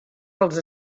dels